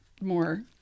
more